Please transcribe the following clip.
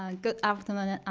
ah good afternoon,